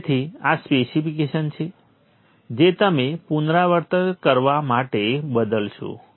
તેથી આ સ્પેસિફિકેશન છે જે તમે પુનરાવર્ત કરવા માટે બદલશો